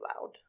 loud